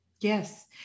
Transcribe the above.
Yes